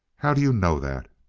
how do you know that?